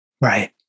Right